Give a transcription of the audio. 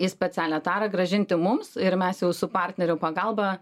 į specialią tarą grąžinti mums ir mes jau su partnerių pagalba